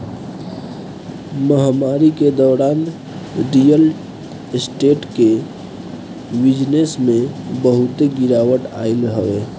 महामारी के दौरान रियल स्टेट के बिजनेस में बहुते गिरावट आइल हवे